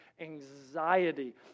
anxiety